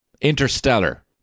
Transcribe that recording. Interstellar